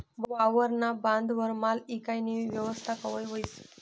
वावरना बांधवर माल ईकानी येवस्था कवय व्हयी?